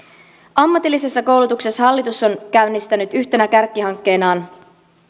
ammatillisessa koulutuksessa hallitus on käynnistänyt yhtenä kärkihankkeenaan